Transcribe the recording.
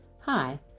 Hi